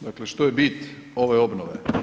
Dakle, što je bit ove obnove?